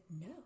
no